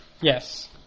Yes